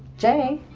jay?